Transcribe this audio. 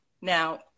Now